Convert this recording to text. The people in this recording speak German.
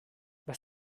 was